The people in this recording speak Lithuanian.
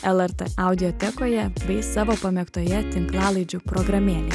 lrt audiotekoje bei savo pamėgtoje tinklalaidžių programėlėje